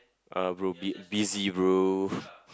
uh bro be busy bro